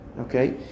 Okay